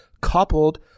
coupled